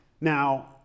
Now